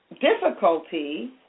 difficulty